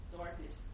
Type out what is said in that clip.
darkness